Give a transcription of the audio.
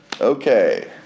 Okay